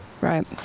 right